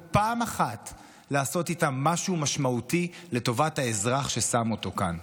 פעם אחת לעשות איתם משהו משמעותי לטובת האזרח ששם אותו כאן,